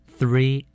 Three